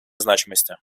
значимости